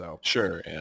Sure